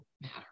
matter